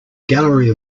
gallery